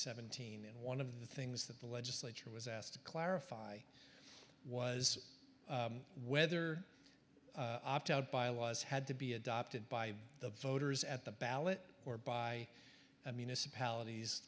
seventeen and one of the things that the legislature was asked to clarify was whether opt out byelaws had to be adopted by the voters at the ballot or by i mean it's a